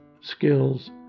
skills